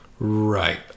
Right